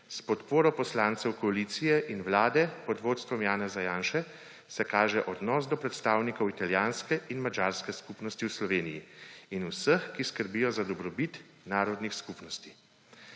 s podporo poslancev koalicije in vlade pod vodstvom Janeza Janše se kaže odnos do predstavnikov italijanske in madžarske skupnosti v Sloveniji in vseh, ki skrbijo za dobrobit narodnih skupnosti.